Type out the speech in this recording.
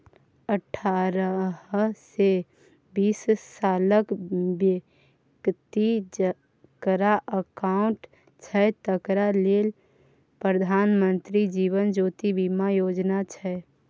अठारहसँ बीस सालक बेकती जकरा अकाउंट छै तकरा लेल प्रधानमंत्री जीबन ज्योती बीमा योजना छै